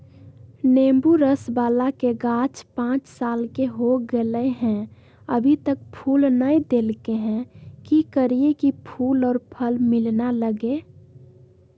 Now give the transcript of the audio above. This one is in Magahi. नेंबू रस बाला के गाछ पांच साल के हो गेलै हैं अभी तक फूल नय देलके है, की करियय की फूल और फल मिलना लगे?